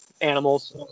animals